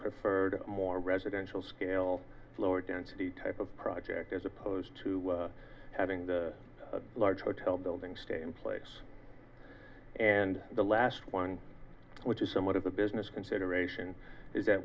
preferred a more residential scale lower density type of project as opposed to having the large hotel building stay in place and the last one which is somewhat of a business consideration is that